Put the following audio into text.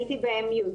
הייתי ב-Mute.